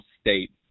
State